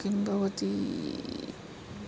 किं भवति